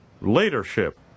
leadership